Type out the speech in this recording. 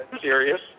serious